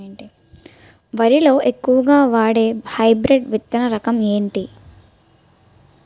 వరి లో ఎక్కువుగా వాడే హైబ్రిడ్ విత్తన రకం ఏంటి?